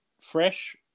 fresh